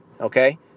okay